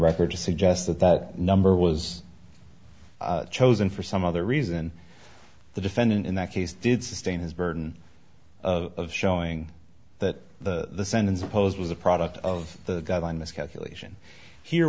record to suggest that that number was chosen for some other reason the defendant in that case did sustain his burden of showing that the sentence imposed was a product of the guideline miscalculation here